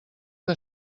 que